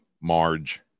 Marge